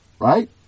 right